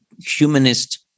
humanist